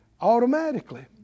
automatically